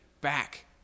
back